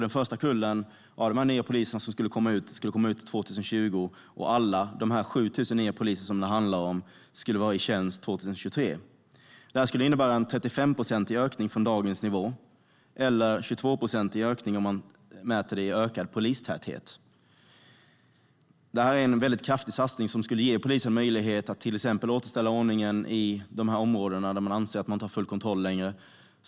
Den första kullen med nya poliser skulle då komma ut 2020, och alla de 7 000 nya poliser som det handlar om skulle vara i tjänst 2023. Det skulle innebära en 35-procentig ökning från dagens nivå, eller en 22-procentig ökning om man mäter det i ökad polistäthet. Detta är en mycket kraftig satsning som skulle ge polisen möjlighet att till exempel återställa ordningen i de områden där man anser att man inte har full kontroll längre.